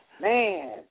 Man